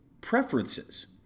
preferences